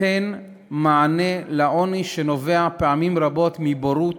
שתיתן מענה לעוני שנובע פעמים רבות מבורות